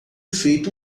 feito